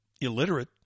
illiterate